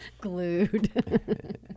glued